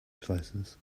places